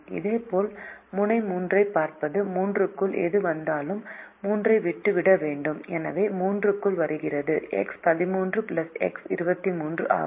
இதேபோல் முனை 3 ஐப் பார்ப்பது 3 க்குள் எது வந்தாலும் 3 ஐ விட்டுவிட வேண்டும் எனவே 3 க்குள் வருவது X13 X23 ஆகும்